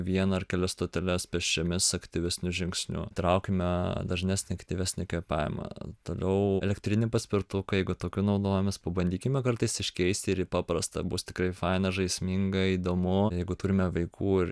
vieną ar kelias stoteles pėsčiomis aktyvesniu žingsniu traukime dažnesnį aktyvesnį kvėpavimą toliau elektrinį paspirtuką jeigu tokiu naudojamės pabandykime kartais iškeisti ir į paprastą bus tikrai faina žaisminga įdomu jeigu turime vaikų ir